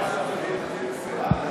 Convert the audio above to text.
תהיה הצבעה שמית.